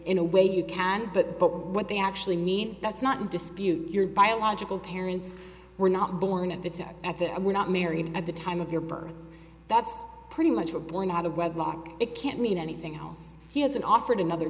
in a way you can but but what they actually mean that's not in dispute your biological parents were not born and it's at that we're not married at the time of your birth that's pretty much a born out of wedlock it can't mean anything else he hasn't offered another